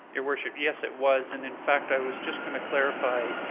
your worship, yes, it was, and, in fact, i was just going to clarify,